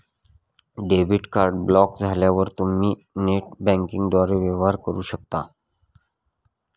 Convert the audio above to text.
debit card block झाल्यावर तुम्ही net बँकिंगद्वारे वेवहार करू शकता